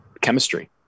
chemistry